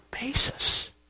basis